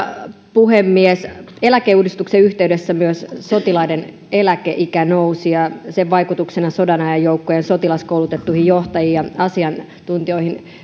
puhemies eläkeuudistuksen yhteydessä myös sotilaiden eläkeikä nousi ja ja sen vaikutuksena sodanajan joukkojen sotilaskoulutettuihin johtajiin ja asiantuntijoihin